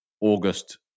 August